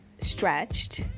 stretched